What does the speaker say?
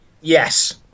yes